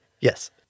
Yes